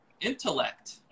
intellect